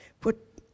put